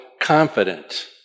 confident